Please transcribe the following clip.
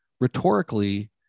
Rhetorically